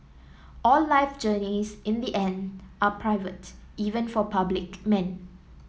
all life journeys in the end are private even for public men